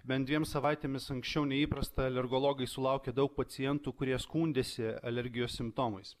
bent dviem savaitėmis anksčiau nei įprasta alergologai sulaukė daug pacientų kurie skundėsi alergijos simptomais